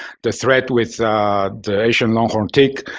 the threat with the asian long-horned tick,